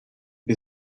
che